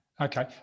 Okay